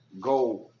go